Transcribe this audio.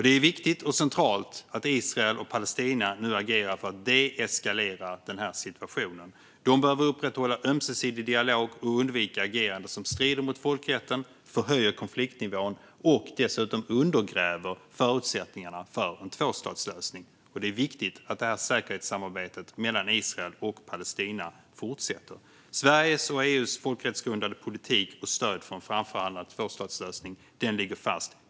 Det är viktigt och centralt att Israel och Palestina nu agerar för att deeskalera denna situation. De behöver upprätthålla ömsesidig dialog och undvika agerande som strider mot folkrätten, förhöjer konfliktnivån och dessutom undergräver förutsättningarna för en tvåstatslösning. Det är viktigt att säkerhetsarbete mellan Israel och Palestina fortsätter. Sveriges och EU:s folkrättsgrundade politik för en framförhandlad tvåstatslösning ligger fast.